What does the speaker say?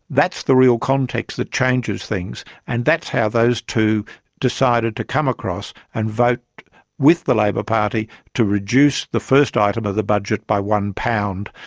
that's the real context that changes things, and that's how those two decided to come across and vote with the labor party to reduce the first item of the budget by one pound.